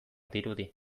dirudi